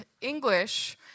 English